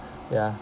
ya